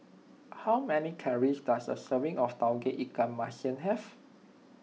how many calories does a serving of Tauge Ikan Masin have